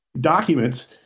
documents